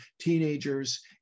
teenagers